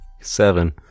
Seven